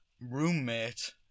roommate